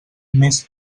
més